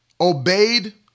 obeyed